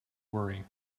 worry